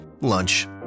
lunch